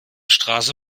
straße